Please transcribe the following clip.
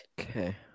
Okay